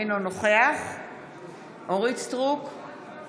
אינו נוכח אורית מלכה סטרוק, אינה נוכחת עלי